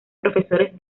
profesores